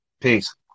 Peace